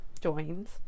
joins